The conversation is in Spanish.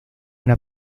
una